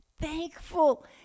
thankful